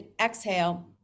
exhale